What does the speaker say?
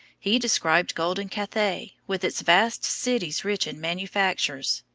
he described golden cathay, with its vast cities rich in manufactures,